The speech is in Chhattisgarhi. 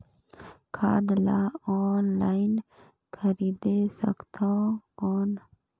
खाद ला ऑनलाइन खरीदे सकथव कौन?